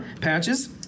Patches